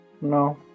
No